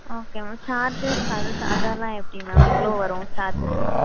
okay ma'am charges அது ச அதெல்லாம் எப்படி மேம் எவ்வளோ வரும் சார்ஜஸ் எல்லாம்